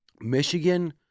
Michigan